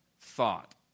thought